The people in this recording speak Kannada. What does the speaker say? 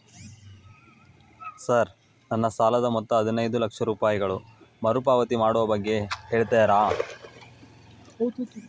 ಸರ್ ನನ್ನ ಸಾಲದ ಮೊತ್ತ ಹದಿನೈದು ಲಕ್ಷ ರೂಪಾಯಿಗಳು ಮರುಪಾವತಿ ಮಾಡುವ ಬಗ್ಗೆ ಹೇಳ್ತೇರಾ?